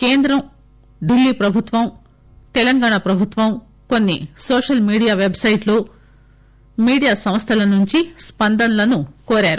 కేంద్రం ఢిల్లీ ప్రభుత్వం తెలంగాణ ప్రభుత్వం కొన్ని నోషల్ మీడియా పెట్సైట్లు మీడియా సంస్థల నుండి స్పందనలను కోరారు